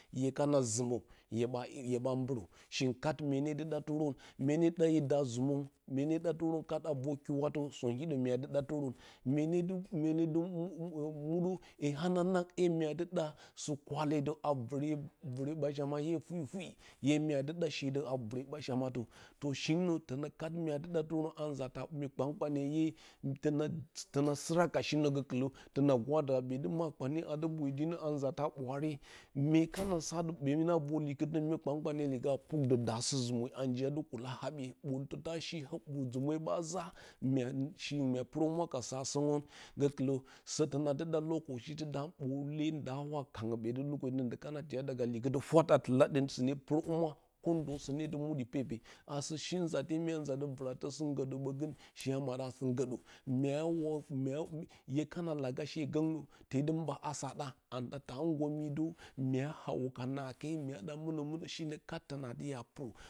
Hye kana zɨmǝ hye ɓa hye ɓa mbɨrǝ shingɨn kat mye ne dɨ ɗatɨrǝn, mye ne dɨ ɗa yǝ da zumwe mye ne dɨ ɗatɨrǝn kat a vor kiwatǝ sǝw hiɗǝ mya dɨ ɗatɨrǝn, mye ne dɨ mye ne dɨ mye ne dɨ muɗǝ hee hananang hee ya dɨ ɗa sɨkwale dǝ, a vɨre, a vɨre ɓachamaye furi-furi hee mya dɨ ɗa shee dǝ a vɨre ɓachamatǝ shinǝ tǝnǝ kat mya dɨ ɗatɨrǝn a nzata mi kpan-kpanye ʻye tǝna sɨra a shinǝ gǝkɨlǝ tǝna gwada ɓǝtɨ makpane a dɨ boyo dinǝn a nzata ɓwaare, mye kana sa atɨ myene a vor likitǝ mi kpan-kpanye kǝpdǝ daasǝ zumwe a njiya dɨ kula haɓye, ɓooltǝ kana shi zumwe ɓa za mya shingɨn mya pɨrǝ humwa ka saasǝrǝn gǝkɨlǝ sǝ tǝna dɨ ɗa ndi kana tiya likitɨ fwat a tɨla ɗǝng sɨne pɨrǝ humwa ko ndo sǝ nee dɨ muɗi pepe. Asɨ shi nzate mya nza vɨratǝ nggǝɗǝ ɓǝgǝng shee a maɗǝ a nggǝɗǝ, myaawa hye kana lagashe gǝngnǝ tee dɨ mba asǝ a ɗa anda taa nggomi dǝ, mya hawo ka naake, mya ɗa mɨnǝ mɨnǝ